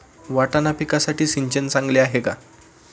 वाटाणा पिकासाठी सिंचन चांगले आहे का?